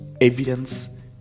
evidence